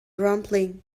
rumbling